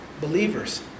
believers